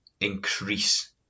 increase